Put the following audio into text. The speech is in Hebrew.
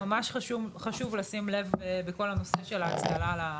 ממש חשוב לשים לב בכל הנושא של הצללה בדרך.